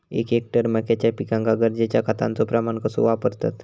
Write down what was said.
एक हेक्टर मक्याच्या पिकांका गरजेच्या खतांचो प्रमाण कसो वापरतत?